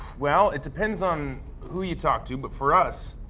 well it depends on who you talk to, but for us,